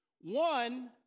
one